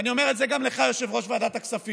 ואני אומר את זה גם לך, יושב-ראש ועדת הכספים,